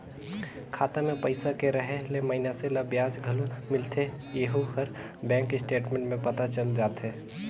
खाता मे पइसा के रहें ले मइनसे ल बियाज घलो मिलथें येहू हर बेंक स्टेटमेंट में पता चल जाथे